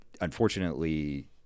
unfortunately